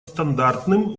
стандартным